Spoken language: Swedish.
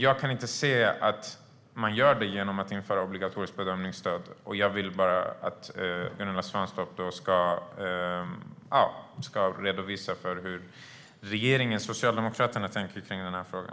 Jag kan inte se att man gör det genom att införa obligatoriska bedömningsstöd, och jag vill att Gunilla Svantorp redogör för hur regeringen och Socialdemokraterna tänker i frågan.